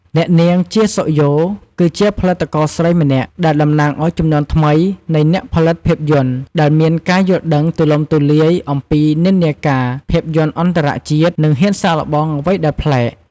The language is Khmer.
អ្នកនាង ជា សុខយ៉ូ គឺជាផលិតករស្រីម្នាក់ដែលតំណាងឱ្យ ជំនាន់ថ្មីនៃអ្នកផលិតភាពយន្ត ដែលមានការយល់ដឹងទូលំទូលាយអំពីនិន្នាការភាពយន្តអន្តរជាតិ និងហ៊ានសាកល្បងអ្វីដែលប្លែក។